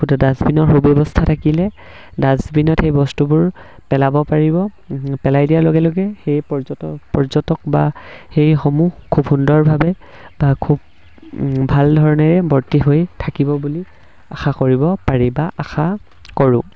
গোটেই ডাষ্টবিনৰ সুব্যৱস্থা থাকিলে ডাষ্টবিনত সেই বস্তুবোৰ পেলাব পাৰিব পেলাই দিয়াৰ লগে লগে সেই পৰ্যটক পৰ্যটক বা সেইসমূহ খুব সুন্দৰভাৱে বা খুব ভাল ধৰণেৰে বৰ্তি হৈ থাকিব বুলি আশা কৰিব পাৰি বা আশা কৰোঁ